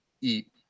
eat